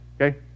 okay